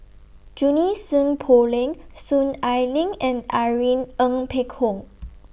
Junie Sng Poh Leng Soon Ai Ling and Irene Ng Phek Hoong